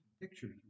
pictures